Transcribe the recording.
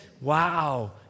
wow